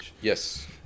Yes